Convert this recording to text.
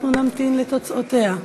נמתין לתוצאותיה.